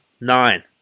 nine